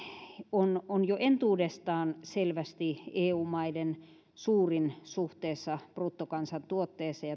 on on jo entuudestaan selvästi eu maiden suurin suhteessa bruttokansantuotteeseen